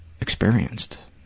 experienced